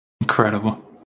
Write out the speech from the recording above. Incredible